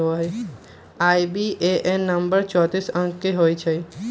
IBAN number चौतीस अंक के होइ छइ